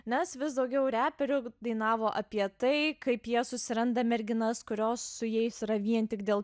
nes vis daugiau reperių dainavo apie tai kaip jie susiranda merginas kurios su jais yra vien tik dėl